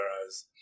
whereas